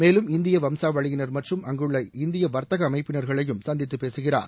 மேலும் இந்திய வம்சாவளியினர் மற்றும் அங்குள்ள இந்திய வர்த்தக அமைப்பினர்களையும் சந்தித்து பேசுகிறார்